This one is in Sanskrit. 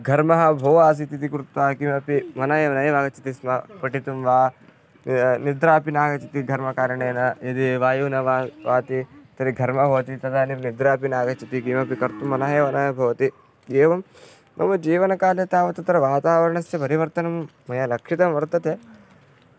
घर्मः बहु आसीत् इति कृत्वा किमपि मनः एव नैव आगच्छति स्म पठितुं वा निद्रापि नागच्छति घर्मकारणेन यदि वायुः न वा वाति तर्हि घर्मः भवति तदानीं निद्रापि नागच्छति किमपि कर्तुं मनः एव नैव भवति एवं मम जीवनकाले तावत् अत्र वातावरणस्य परिवर्तनं मया लक्षितं वर्तते